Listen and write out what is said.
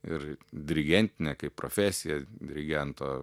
ir dirigentinę kaip profesiją dirigento